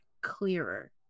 clearer